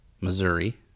Missouri